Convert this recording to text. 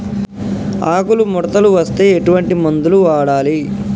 ఆకులు ముడతలు వస్తే ఎటువంటి మందులు వాడాలి?